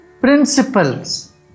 principles